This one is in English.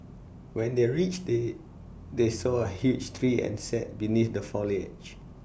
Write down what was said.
when they reached they they saw A huge tree and sat beneath the foliage